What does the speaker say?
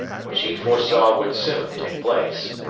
which he foresaw would soon take place.